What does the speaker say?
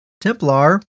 Templar